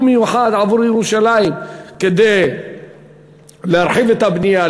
במיוחד עבור ירושלים כדי להרחיב את הבנייה,